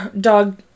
dog